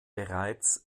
bereits